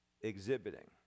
Exhibiting